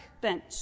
bench